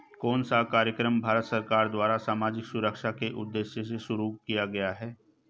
कौन सा कार्यक्रम भारत सरकार द्वारा सामाजिक सुरक्षा के उद्देश्य से शुरू किया गया है?